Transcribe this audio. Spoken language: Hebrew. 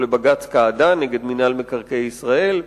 או לבג"ץ קעדאן נגד מינהל מקרקעי ישראל.